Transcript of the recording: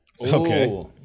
Okay